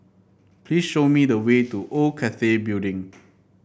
please show me the way to Old Cathay Building